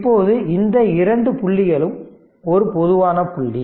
இப்போது இந்த இரண்டு புள்ளிகளும் ஒரு பொதுவான புள்ளி